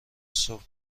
صبح